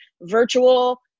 virtual